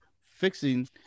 fixing